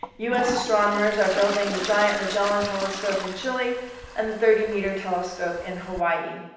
us astronomers are building the giant magellan telescope in chile and the thirty metre telescope in hawaii.